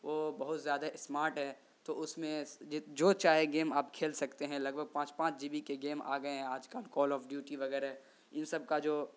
وہ بہت زیادہ اسمارٹ ہیں تو اس میں جو چاہے گیم آپ کھیل سکتے ہیں لگ بھگ پانچ پانچ جی بی کے گیم آ گئے ہیں آج کل کول آف ڈیوٹی وغیرہ ان سب کا جو